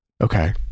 Okay